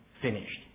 finished